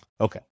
Okay